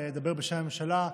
מדבר בשם הממשלה,